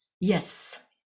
Yes